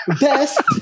Best